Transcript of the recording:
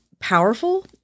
powerful